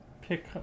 pick